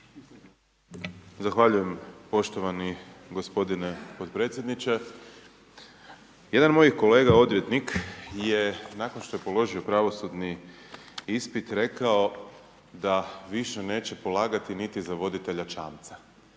Zahvaljujem poštovani gospodine potpredsjedniče. Jedan moj kolega odvjetnik je nakon što je položio pravosudni ispit rekao da više neće polagati niti za voditelja čamca.